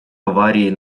аварии